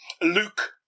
Luke